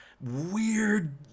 weird